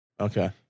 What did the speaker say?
Okay